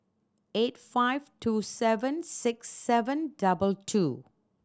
eight five two seven six seven double two